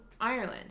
Ireland